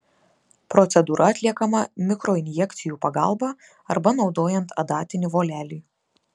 procedūra atliekama mikroinjekcijų pagalba arba naudojant adatinį volelį